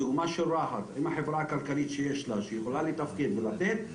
הדוגמה של רהט עם החברה הכלכלית שיש לה שיכולה לתפקד ולתת,